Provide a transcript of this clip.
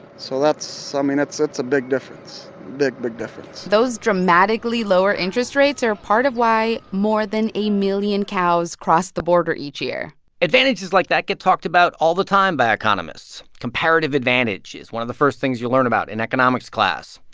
so that's i mean, that's a big difference big, big difference those dramatically lower interest rates are part of why more than a million cows cross the border each year advantages like that get talked about all the time by economists. comparative advantage is one of the first things you learn about in economics class.